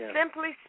simply